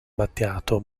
battiato